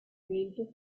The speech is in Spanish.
evento